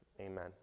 amen